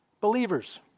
believers